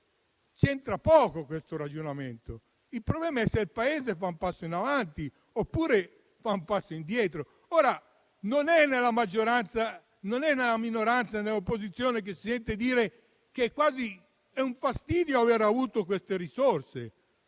c'entra poco questo ragionamento. Il tema è se il Paese fa un passo in avanti oppure ne fa uno indietro. Non è nell'ambito della minoranza, dell'opposizione che si sente dire che è quasi un fastidio aver avuto queste risorse.